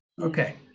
Okay